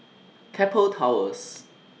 Keppel Towers